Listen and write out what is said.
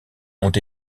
ont